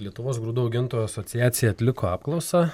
lietuvos grūdų augintojų asociacija atliko apklausą